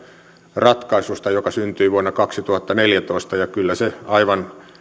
ratkaisusta joka syntyi vuonna kaksituhattaneljätoista kyllä se aivan